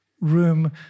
room